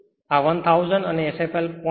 આ 1000 અને Sfl 0